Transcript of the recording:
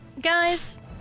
guys